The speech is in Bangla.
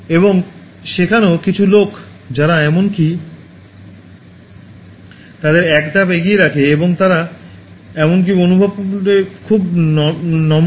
এবং সেখানেও কিছু লোক যারা এমনকি তাদের এক ধাপ এগিয়ে রাখে এবং তারা এমনকি অনুভব করে খুব নম্র